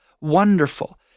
wonderful